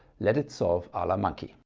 let it solve a la monkey.